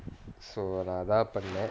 so அத அத பண்ண:atha atha panna